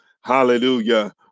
hallelujah